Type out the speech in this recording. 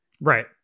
Right